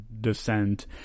descent